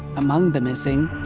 among the missing,